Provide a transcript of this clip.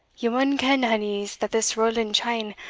ye maun ken, hinnies, that this roland cheyne,